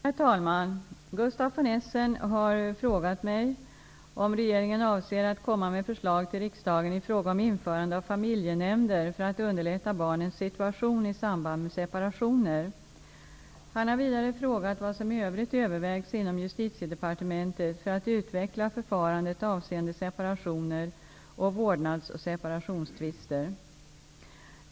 Herr talman! Gustaf von Essen har frågat mig om regeringen avser att komma med förslag till riksdagen i fråga om införande av familjenämnder för att underlätta barnens situation i samband med separationer. Han har vidare frågat vad som i övrigt övervägs inom Justitiedepartementet för att utveckla förfarandet avseende separationer och vårdnads och separationstvister.